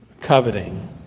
coveting